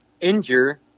injure